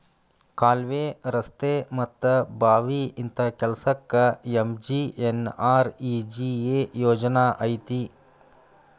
ಕಾಲ್ವೆ, ರಸ್ತೆ ಮತ್ತ ಬಾವಿ ಇಂತ ಕೆಲ್ಸಕ್ಕ ಎಂ.ಜಿ.ಎನ್.ಆರ್.ಇ.ಜಿ.ಎ ಯೋಜನಾ ಐತಿ